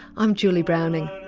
i'm julie browning.